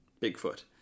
Bigfoot